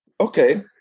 Okay